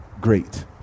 great